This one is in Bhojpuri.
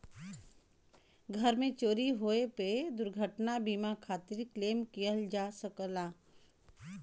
घर में चोरी होये पे दुर्घटना बीमा खातिर क्लेम किहल जा सकला